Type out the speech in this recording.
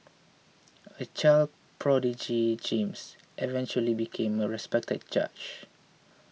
a child prodigy James eventually became a respected judge